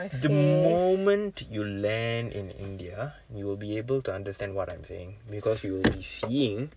the moment you land in India you will be able to understand what I'm saying because you will be seeing